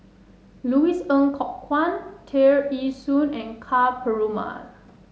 Louis Ng Kok Kwang Tear Ee Soon and Ka Perumal